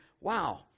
wow